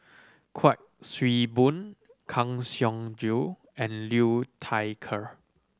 Kuik Swee Boon Kang Siong Joo and Liu Thai Ker